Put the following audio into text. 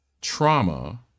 trauma